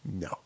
No